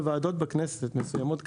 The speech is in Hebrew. בוועדות מסוימות בכנסת,